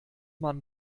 man